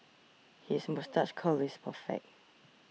his moustache curl is perfect